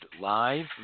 live